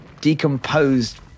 decomposed